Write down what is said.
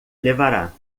levará